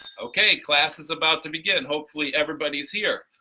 okay class is about to begin, hopefully everybody's here.